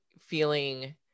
feeling